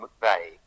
McVeigh